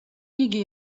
იგი